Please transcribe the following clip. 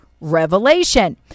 revelation